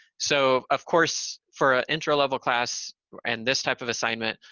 so, of course, for an intro level class and this type of assignment,